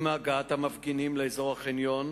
עם הגעת המפגינים לאזור החניון